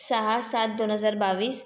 सहा सात दोन हजार बावीस